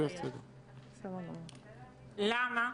למה?